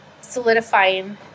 solidifying